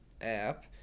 app